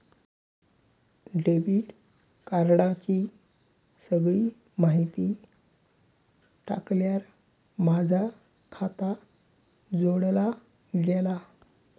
debit कार्डाची सगळी माहिती टाकल्यार माझा खाता जोडला गेला